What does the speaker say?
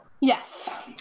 Yes